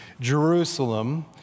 Jerusalem